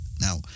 Now